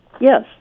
Yes